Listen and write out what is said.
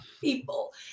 people